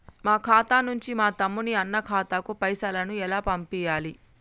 మా ఖాతా నుంచి మా తమ్ముని, అన్న ఖాతాకు పైసలను ఎలా పంపియ్యాలి?